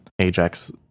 ajax